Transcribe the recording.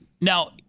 Now